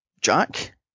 Jack